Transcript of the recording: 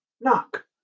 knock